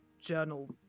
journal